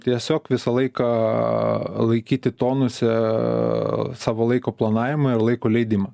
tiesiog visą laiką laikyti tonuse savo laiko planavimą ir laiko leidimą